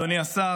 אדוני השר,